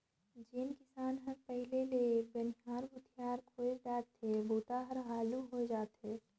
जेन किसान हर पहिले ले बनिहार भूथियार खोएज डारथे बूता हर हालू होवय जाथे